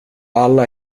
alla